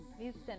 Listen